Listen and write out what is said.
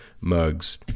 mugs